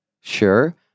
sure